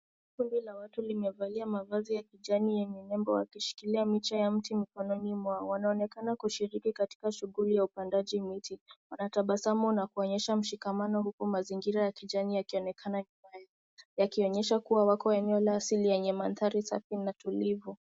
Kundi la watu limevalia mavazi ya kijani yenye nembo wakishikilia mche ya mti mkonini mwao. Wanaoenekana wakishiriki katika shughuli ya upandaji miti. Wanatabasamu na kuonyesha mshikamano huku mazingira ya kijani yakionekana kwa umbali yakionyesha kuwa wako eneo asili yenye maandhari safi na tulivu.